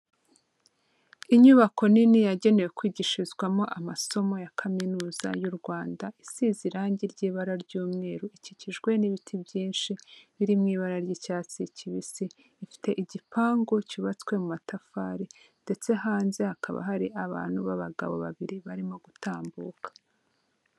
Inyubako nini yagenewe kwigishirizwamo amasomo ya kaminuza y'u Rwanda, isize irangi ry'ibara ry'umweru, ikikijwe n'ibiti byinshi, biri mu ibara ry'icyatsi kibisi, ifite igipangu cyubatswe mu matafari, ndetse hanze hakaba hari abantu b'abagabo babiri barimo gutambuka.